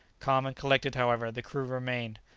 calm and collected, however, the crew remained.